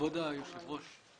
כבוד היושב ראש,